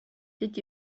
did